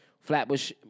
Flatbush